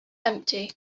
empty